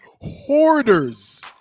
Hoarders